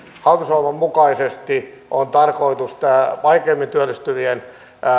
hallitusohjelman mukaisesti on tarkoitus tässä vaikeimmin työllistyvien